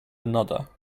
another